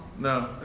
no